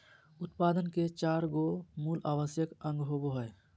उत्पादन के चार गो मूल आवश्यक अंग होबो हइ